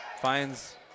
Finds